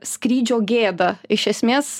skrydžio gėda iš esmės